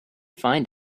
find